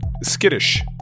skittish